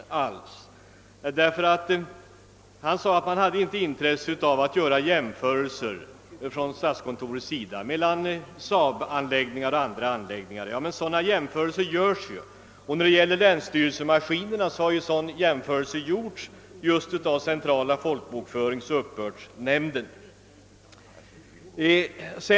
Han sade att statskontoret inte hade något intresse av att göra jämförelser mellan SAAB-anläggningar och andra anläggningar. Men sådana jämförelser görs ju, herr Ohlin, och i fråga om de datamaskiner som skall användas på länsstyrelserna har jämförelserna gjorts även av centrala folkbokföringsoch uppbördsnämnden.